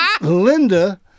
Linda